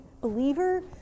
believer